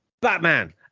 Batman